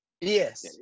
Yes